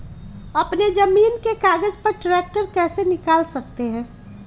अपने जमीन के कागज पर ट्रैक्टर कैसे निकाल सकते है?